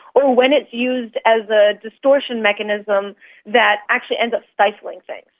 or when it's used as a distortion mechanism that actually ends up stifling things.